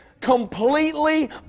completely